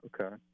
Okay